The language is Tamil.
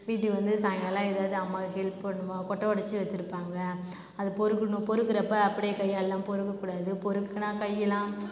வீட்டுக்கு வந்து சாயங்காலம்ஏதாவது அம்மாவுக்கு ஹெல்ப் பண்ணுவேன் கொட்டை உடச்சி வச்சுருப்பாங்க அதை பொறுக்கணும் பொறுக்குறப்போ அப்படியே கையாலலாம் பொறுக்க கூடாது பொறுக்குனா கையெல்லாம் அந்த